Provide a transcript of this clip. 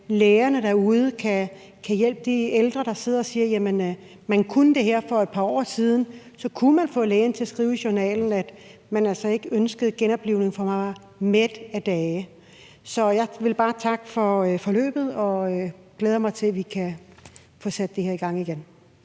lægerne derude kan hjælpe de ældre, der sidder og siger: Jamen man kunne det her for et par år siden; da kunne man få lægen til at skrive i journalen, at man altså ikke ønskede genoplivning, for man var mæt af dage. Så jeg vil bare takke for forløbet, og jeg glæder mig til, at vi kan få sat det her i gang igen.